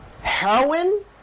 heroin